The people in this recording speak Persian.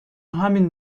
همین